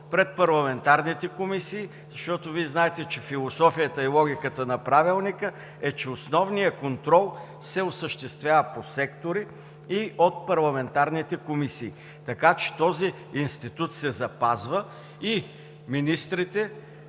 пред парламентарните комисии, защото Вие знаете, че философията и логиката на Правилника е, че основният контрол се осъществява по сектори и от парламентарните комисии. Така че този институт се запазва и министрите